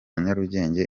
nyarugenge